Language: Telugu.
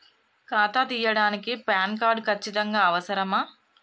ఖాతా తీయడానికి ప్యాన్ కార్డు ఖచ్చితంగా అవసరమా?